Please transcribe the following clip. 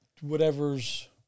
whatever's